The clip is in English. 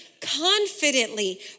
confidently